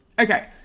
Okay